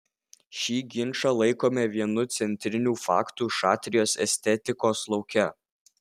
šį ginčą laikome vienu centrinių faktų šatrijos estetikos lauke